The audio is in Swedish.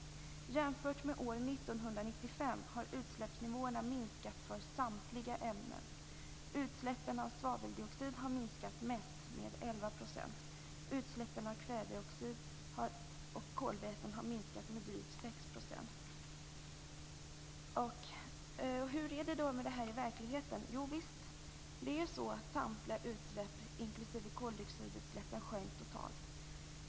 Jämfört med år 1995 har utsläppsnivåerna minskat för samtliga ämnen. Utsläppen av svaveldioxid har minskat mest . Utsläppen av kväveoxid och kolväten har minskat med drygt 6 %." Hur är det i verkligheten? Samtliga utsläpp, inklusive koldixoidutsläppen, sjönk totalt.